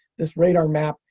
this radar map,